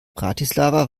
bratislava